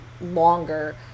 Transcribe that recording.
longer